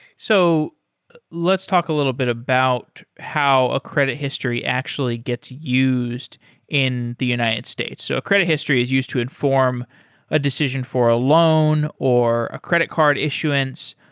so let's talk a little bit about how a credit history actually gets used in the united states. so a credit history is used to inform a decision for a loan or a credit card issuance.